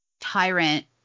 tyrant